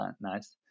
nice